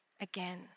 again